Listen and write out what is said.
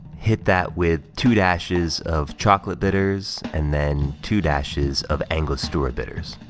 hit that with two dashes of chocolate bitters, and then two dashes of angostura bitters.